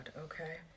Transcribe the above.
okay